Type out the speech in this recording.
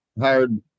hired